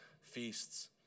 feasts